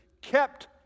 kept